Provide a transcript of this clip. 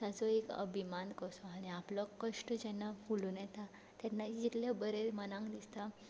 ताजो एक अभिमान कसो आनी आपलो कश्ट जेन्ना फुलून येता तेन्ना जितलें बरें मनाक दिसता